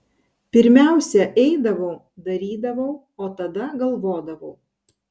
pirmiausia eidavau darydavau o tada galvodavau